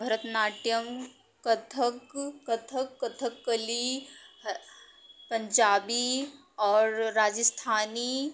भरतनाट्यम कथक कथक कथकली अ पंजाबी और राजस्थानी